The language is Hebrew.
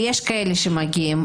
ויש כאלה שמגיעים,